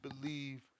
believe